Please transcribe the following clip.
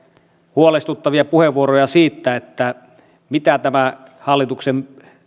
huolestuneita puheenvuoroja siitä mitä tämän hallituksen